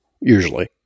Usually